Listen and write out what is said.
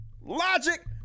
Logic